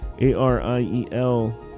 A-R-I-E-L